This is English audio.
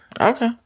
Okay